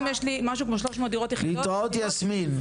להתראות יסמין,